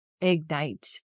ignite